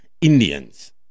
Indians